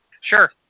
Sure